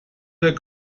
der